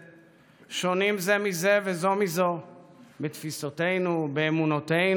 שונים זה מזה וזו מזו בתפיסותינו ובאמונותינו,